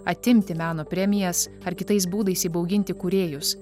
atimti meno premijas ar kitais būdais įbauginti kūrėjus